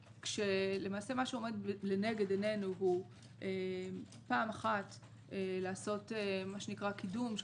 למעשה מה שעומד לנגד עינינו הוא פעם אחת לעשות קידום של